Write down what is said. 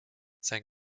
sein